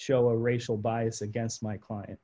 show a racial bias against my client